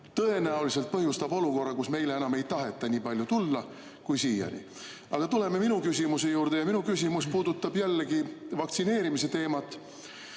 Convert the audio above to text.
tõenäoliselt põhjustab olukorra, kus meile enam ei taheta nii palju tulla kui siiani. Aga tuleme minu küsimuse juurde. Minu küsimus puudutab jällegi vaktsineerimise teemat.